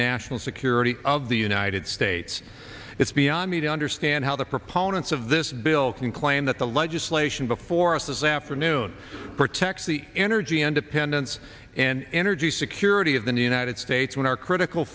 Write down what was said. national security of the united states is beyond me to understand how the proponents of this bill can claim that the legislation before us this afternoon protects the energy independence and energy security of the new united states when our critical